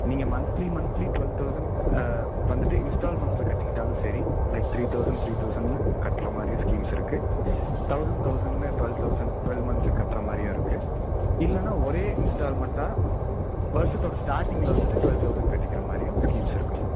நீங்க monthly monthly twelve thousand வந்துவிட்டு இன்ஸ்டால்மெண்ட்ஸில் கட்டிக்கிட்டாலும் சரி லைக் த்ரீ தௌசண்ட் த்ரீ தௌசண்ட்னு கட்டுற மாதிரியும் ஸ்கீம்ஸ் இருக்கு தௌசண்ட் தௌசண்ட்ன்னு டுவல் தௌசண்ட் டுவல் மந்த்ஸுக்கு கட்டுற மாதிரியும் இருக்கு இல்லைன்னா ஒரே இன்ஸ்டால்மெண்ட்டாக வருஷத்தோட ஸ்டார்டிங்கில் வந்துவிட்டு டுவல் தௌசண்ட் கட்டிக்கிற மாதிரியும் ஸ்கீம்ஸ் இருக்கு மேம்